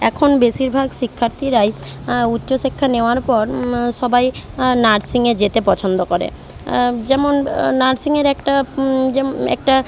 এখন বেশিরভাগ শিক্ষার্থীরাই উচ্চশিক্ষা নেওয়ার পর সবাই নার্সিংয়ে যেতে পছন্দ করে যেমন নার্সিংয়ের একটা যেম একটা